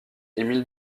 émile